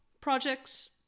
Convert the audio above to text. projects